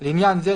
לעניין זה,